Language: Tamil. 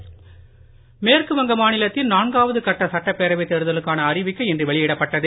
தேர்தல் மேற்கு வங்கமாநிலத்தில் நான்காவது கட்ட சட்டப்பேரவைத் தேர்தலுக்கான அறிவிக்கை இன்று வெளியிடப்பட்டது